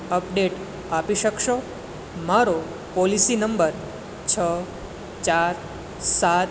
update આપી શકશો મારો પોલિસી નંબર છ ચાર સાત